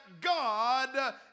God